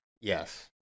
Yes